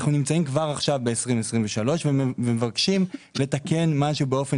אנחנו נמצאים כבר עכשיו ב-2023 ומבקשים לתקן משהו באופן